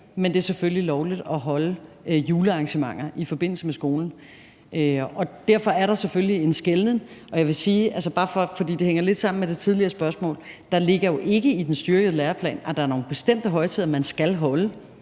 men det er selvfølgelig lovligt at holde julearrangementer i forbindelse med skolen. Derfor er der selvfølgelig en skelnen, og jeg vil sige – for det hænger lidt sammen med det tidligere spørgsmål – at der jo ikke i den styrkede læreplan ligger, at der er nogle bestemte højtider, man skal holde.